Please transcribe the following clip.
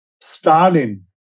Stalin